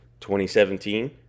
2017